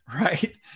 right